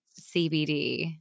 CBD